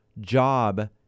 job